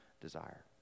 desire